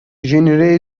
william